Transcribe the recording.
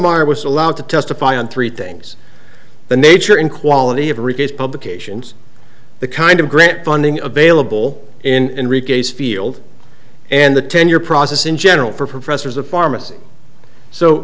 are was allowed to testify on three things the nature and quality of every case publications the kind of grant funding available in case field and the tenure process in general for professors of pharmacy so